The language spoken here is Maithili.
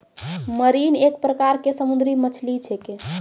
मरीन एक प्रकार के समुद्री मछली छेकै